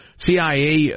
CIA